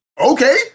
Okay